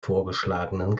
vorgeschlagenen